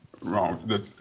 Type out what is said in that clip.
wrong